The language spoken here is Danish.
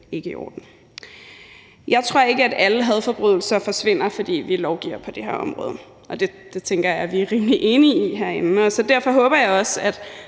ikke i orden. Jeg tror ikke, at alle hadforbrydelser forsvinder, fordi vi lovgiver på det her område, og det tænker jeg alle er rimelig enige om herinde. Derfor håber jeg også, at